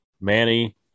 Manny